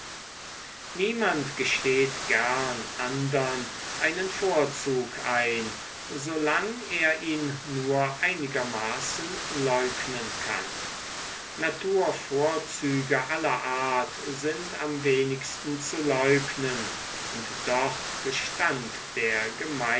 niemand gesteht gern andern einen vorzug ein solang er ihn nur einigermaßen leugnen kann naturvorzüge aller art sind am wenigsten zu leugnen und doch gestand der